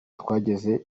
twageze